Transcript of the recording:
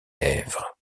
lèvres